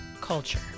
culture